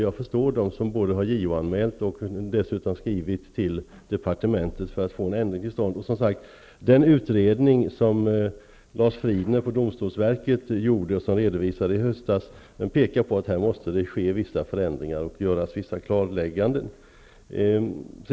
Jag förstår dem som har JO-anmält och skrivit till departementet för att få en ändring till stånd. Den utredning som Lars Friedner på domstolverket har gjort och som redovisades i höstas pekar på att här måste ske vissa förändringar och göras vissa klarlägganden.